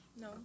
No